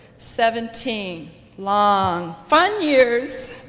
seventeen long fun years.